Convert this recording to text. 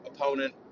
opponent